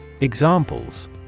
Examples